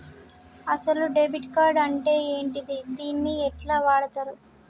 అసలు debit card అంటే ఏంటిది? దీన్ని ఎట్ల వాడుతరు?